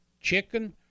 chicken